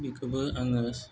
बेखौबो आङो